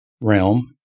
realm